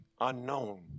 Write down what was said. unknown